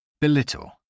Belittle